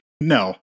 No